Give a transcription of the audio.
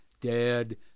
dead